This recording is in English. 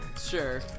Sure